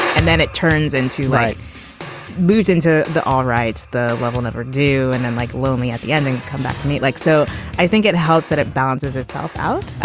and then it turns into light moves into the. all right the level never do and i'm like lonely at the end and come back to me like so i think it helps that it balances itself out.